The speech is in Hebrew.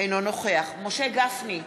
אינו נוכח משה גפני,